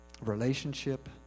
relationship